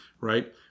Right